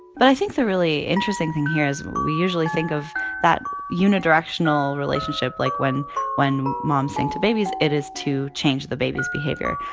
but i think the really interesting thing here is we usually think of that unidirectional relationship. like, when when moms sing to babies, it is to change the baby's behavior.